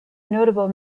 notable